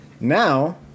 Now